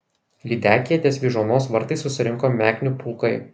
lydekyje ties vyžuonos vartais susirinko meknių pulkai